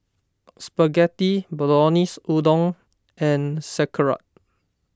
Spaghetti Bolognese Udon and Sauerkraut